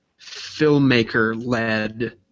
filmmaker-led